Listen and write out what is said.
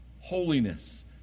holiness